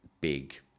big